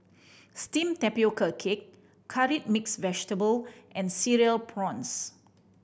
steamed tapioca cake Curry Mixed Vegetable and Cereal Prawns